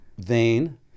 vain